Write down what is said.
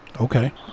okay